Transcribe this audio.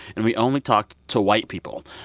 and we only talked to white people,